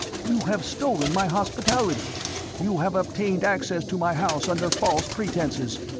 you have stolen my hospitality you have obtained access to my house under false pretences.